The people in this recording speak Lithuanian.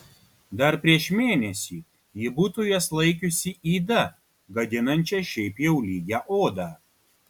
dar prieš mėnesį ji būtų jas laikiusi yda gadinančia šiaip jau lygią odą